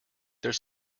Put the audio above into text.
their